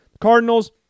Cardinals